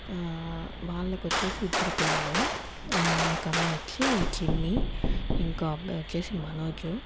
వాళ్లకొచ్చేసి ఇద్దరు పిల్లలు ఒక అమ్మాయి వచ్చి చిన్ని ఇంకో అబ్బాయి వచ్చేసి మనోజు